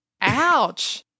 Ouch